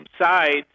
sides